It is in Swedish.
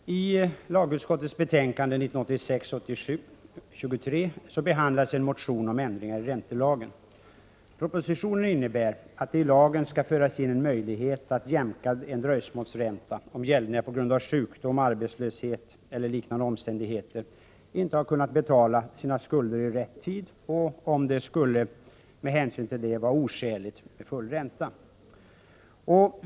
Herr talman! I lagutskottets betänkande 1986/87:23 behandlas en proposition om ändringar i räntelagen. Propositionen innebär att det i lagen skall föras in en möjlighet att jämka en dröjsmålsränta, om gäldenär på grund av sjukdom, arbetslöshet eller liknande omständigheter inte har kunnat betala sina skulder i rätt tid och om det skulle med hänsyn därtill vara oskäligt med full ränta.